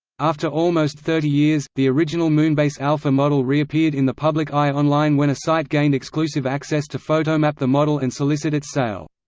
after almost thirty years, the original moonbase alpha model reappeared in the public eye online when a site gained exclusive access to photomap the model and solicit its sale.